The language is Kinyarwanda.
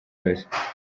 yose